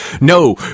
no